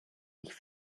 ich